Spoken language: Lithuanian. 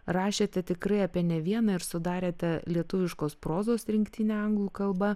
rašėte tikrai apie ne vieną ir sudarėte lietuviškos prozos rinktinę anglų kalba